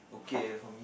okay from